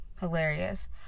hilarious